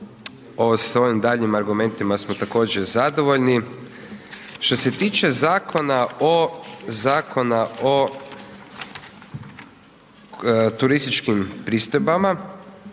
S ovim daljnjim argumentima smo također zadovoljni. Što se tiče Zakona o turističkim pristojbama